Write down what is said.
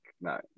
no